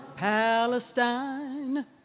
Palestine